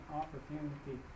opportunity